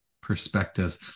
perspective